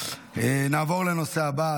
נעבור לנושא הבא,